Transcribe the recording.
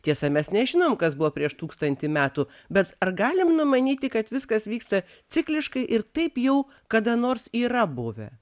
tiesa mes nežinom kas buvo prieš tūkstantį metų bet ar galim numanyti kad viskas vyksta cikliškai ir taip jau kada nors yra buvę